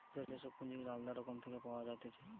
যে সব পুঁজি গুলা আলদা রকম থেকে পাওয়া যাইতেছে